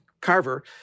Carver